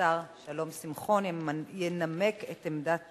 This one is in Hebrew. השר שלום שמחון, ינמק את עמדת